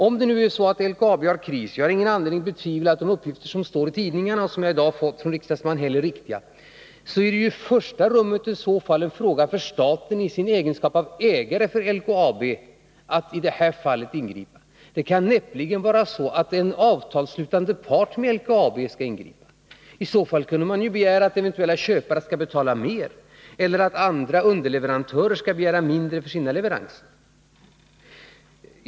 Om nu LKAB befinner sig i kris — och jag har ingen anledning att betvivla att de uppgifter som står i tidningarna och som jag i dag har fått från riksdagsman Häll rummet en fråga för staten i sin egenskap av är riktiga — så är det ju i första ägare till LKAB om man i detta fall skall ingripa. Det kan näppeligen vara så att en part som sluter avtal med LKAB skall ingripa. Annars kunde man ju begära att eventuella köpare skall betala mer, eller att underleverantörer skall begära mindre för sina leveranser.